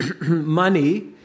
money